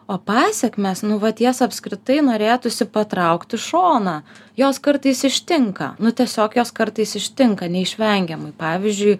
o pasekmes nu vat jas apskritai norėtųsi patraukt į šoną jos kartais ištinka nu tiesiog jos kartais ištinka neišvengiamai pavyzdžiui